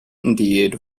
indeed